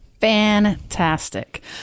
Fantastic